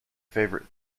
favorite